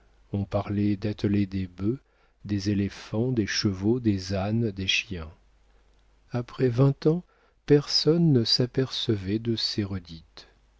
on parlait d'atteler des bœufs des éléphants des chevaux des ânes des chiens après vingt ans personne ne s'apercevait de ces